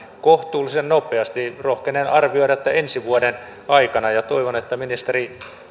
kohtuullisen nopeasti rohkenen arvioida että ensi vuoden aikana ja toivon että ministeri